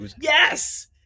Yes